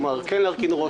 להרכין ראש,